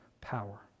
power